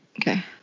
Okay